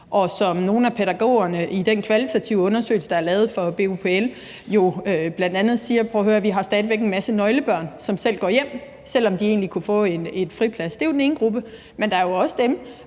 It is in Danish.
og nogle af pædagogerne i den kvalitative undersøgelse, der er lavet for BUPL, siger: Prøv at høre, vi har stadig væk en masse nøglebørn, som går alene hjem, selv om de egentlig kunne få en friplads. Det er den ene gruppe. Men der er jo også dem,